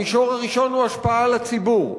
המישור הראשון הוא השפעה על הציבור.